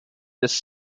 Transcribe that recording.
this